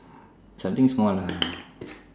something small lah